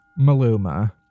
Maluma